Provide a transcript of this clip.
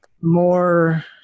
more